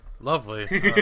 Lovely